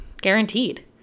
guaranteed